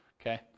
okay